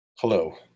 Hello